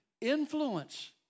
influence